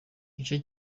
igice